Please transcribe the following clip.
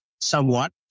somewhat